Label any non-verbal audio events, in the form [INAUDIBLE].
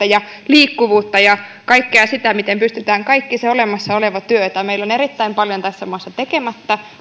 [UNINTELLIGIBLE] ja liikkuvuutta ja kaikkea sitä miten pystytään tekemään kaikki se olemassa oleva työ jota meillä on erittäin paljon tässä maassa tekemättä mutta